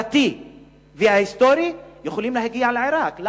הדתי וההיסטורי, יכולים להגיע לעירק.